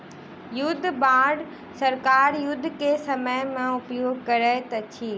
युद्ध बांड सरकार युद्ध के समय में उपयोग करैत अछि